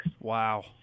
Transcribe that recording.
Wow